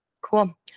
Cool